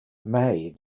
may